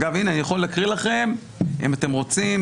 הנה אני גם יכול להקריא לכם אם אתם רוצים.